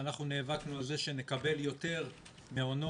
שאנחנו נאבקנו על זה שנקבל יותר מעונות,